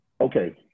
Okay